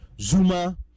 Zuma